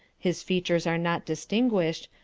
his features are not distinguished,